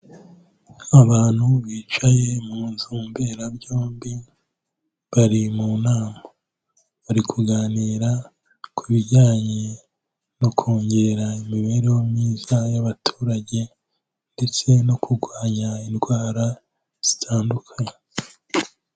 Abantu bicaye mu nzu mberabyombi, bari mu nama, bari kuganira ku bijyanye no kongera imibereho myiza y'abaturage ndetse no kurwanya indwara zitandukanye.